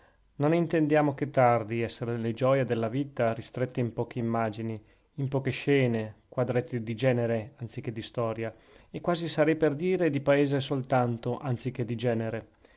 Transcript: non intendiamo che tardi essere le gioie della vita ristrette in poche immagini in poche scene quadretti di genere anzi che di storia e quasi sarei per dire di paese soltanto anzichè di genere